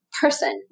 person